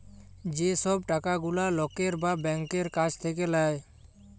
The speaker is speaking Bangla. যে সব টাকা গুলা লকের বা ব্যাংকের কাছ থাক্যে লায়